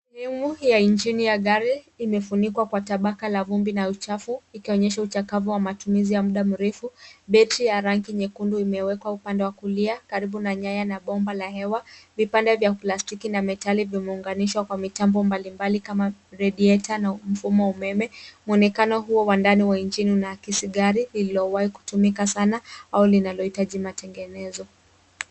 Rimu ya ingini ya gari imefunikwa kwa tabaka la vumbi na uchafu ikionyesha uchakavu wa matumizi ya muda mrefu. Battery ya rangi nyekundu imewekwa upande wa kulia karibu na nyaya na bomba la hewa. Vipande vya plastiki na metali vimeunganishwa kwa mitambo mbalimbali kama radiator na mfumo wa umeme. Mwonekano huo wa ndani wa injini unaakisi gari lililowahi kutumika sana au linalohitaji matengenezo.